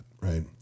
right